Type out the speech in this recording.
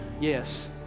yes